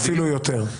אפילו יותר.